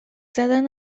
زدن